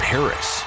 Paris